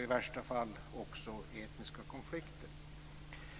I värsta fall leder det också till etniska konflikter.